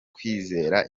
kwizera